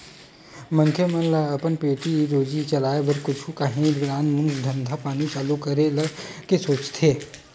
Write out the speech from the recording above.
मनखे मन ल अपन पेट रोजी चलाय बर कुछु काही नानमून धंधा पानी चालू करे के सोचथे